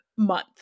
Month